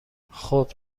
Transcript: خوب